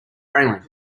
railing